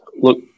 Look